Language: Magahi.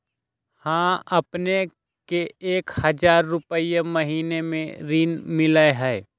हां अपने के एक हजार रु महीने में ऋण मिलहई?